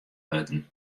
wurden